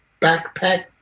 backpack